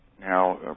Now